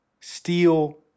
steel